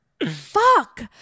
Fuck